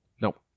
nope